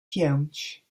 pięć